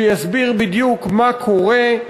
שיסביר בדיוק מה קורה,